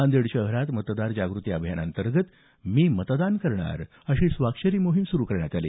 नांदेड शहरात मतदार जागृती अभियानांतर्गत मी मतदान करणार अशी स्वाक्षरी मोहिम सुरू करण्यात आली